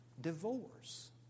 divorce